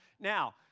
Now